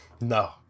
No